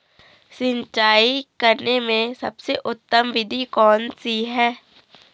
सिंचाई करने में सबसे उत्तम विधि कौन सी है?